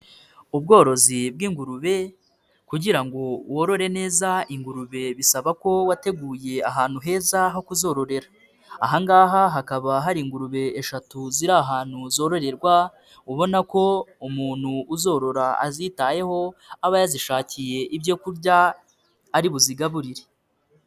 Ubworozi bw'ingurube kugira ngo worore neza ingurube bisaba ko wateguye ahantu heza ho kuzororera, aha ngaha hakaba hari ingurube eshatu ziri ahantu zororerwa ubona ko umuntu uzorora azitayeho, aba yazishakiye ibyo kurya ari buzigaburire.